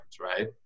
right